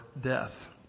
death